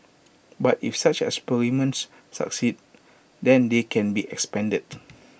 but if such experiments succeed then they can be expanded